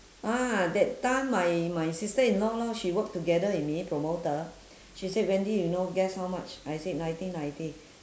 ah that time my my sister in law lor she worked together with me promoter she said wendy you know guess how much I said nineteen ninety